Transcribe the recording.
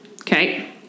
Okay